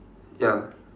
ya